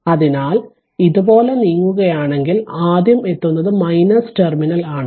അതിനാൽ ഇതുപോലെ നീങ്ങുകയാണെങ്കിൽ ആദ്യം എത്തുന്നത് മൈനസ് ടെർമിനൽ ആണ്